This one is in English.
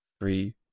three